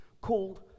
called